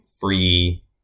free